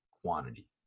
quantity